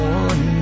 one